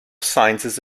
sciences